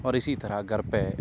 اور اسی طرح گھر پہ